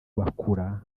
bakura